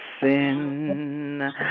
sin